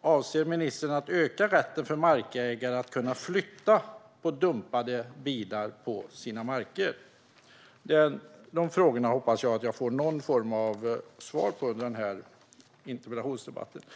Avser ministern att utöka rätten för markägare att kunna flytta dumpade bilar som finns på deras marker? Jag hoppas att jag kan få några svar på dessa frågor under interpellationsdebattens gång.